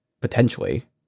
potentially